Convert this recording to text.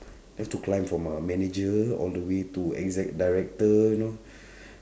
they have to climb from a manager all the way to exec director you know